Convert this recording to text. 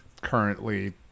currently